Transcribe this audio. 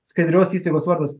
skaidrios įstaigos vardas